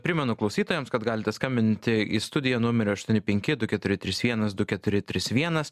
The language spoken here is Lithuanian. primenu klausytojams kad galite skambinti į studiją numeriu aštuoni penki du keturi trys vienas du keturi trys vienas